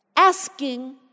Asking